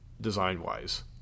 design-wise